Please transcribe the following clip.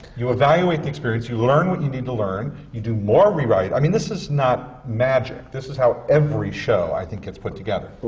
you evaluate the experience, you learn what you need to learn, you do more rewriting. i mean, this is not magic. this is how every show, i think, gets put together. well,